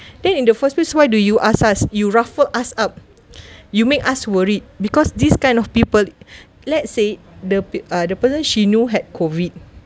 then in the first place so why do you ask us you ruffle us up you make us worried because this kind of people let's say the ah the person she knew had COVID